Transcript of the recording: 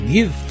Give